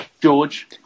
George